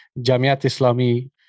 Jamiat-Islami